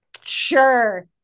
Sure